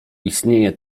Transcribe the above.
istnieję